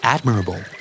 Admirable